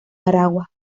aragua